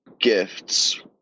gifts